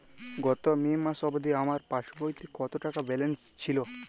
গত মে মাস অবধি আমার পাসবইতে কত টাকা ব্যালেন্স ছিল?